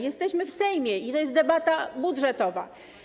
Jesteśmy w Sejmie i to jest debata budżetowa.